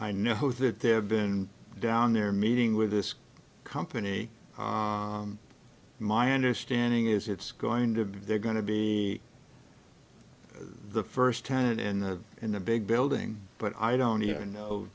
i know that they have been down there meeting with this company my understanding is it's going to be they're going to be the first tenant in the in a big building but i don't even know